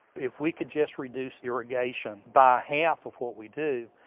if we could just reduce irrigation by half of what we do,